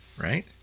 right